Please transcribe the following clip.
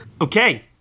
Okay